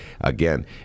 Again